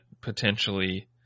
potentially –